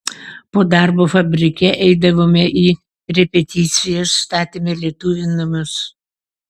po darbo fabrike eidavome į repeticijas statėme lietuvių namus